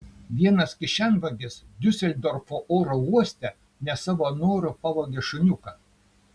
vienas kišenvagis diuseldorfo oro uoste ne savo noru pavogė šuniuką